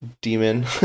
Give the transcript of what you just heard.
demon